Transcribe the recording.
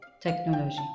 technology